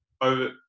over